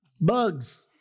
Bugs